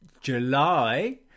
July